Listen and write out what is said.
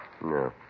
No